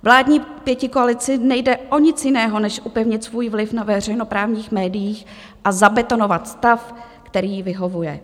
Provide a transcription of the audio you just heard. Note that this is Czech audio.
Vládní pětikoalici nejde o nic jiného než upevnit svůj vliv na veřejnoprávních médiích a zabetonovat stav, který jí vyhovuje.